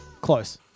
Close